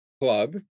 club